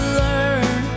learn